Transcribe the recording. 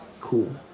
Cool